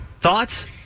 Thoughts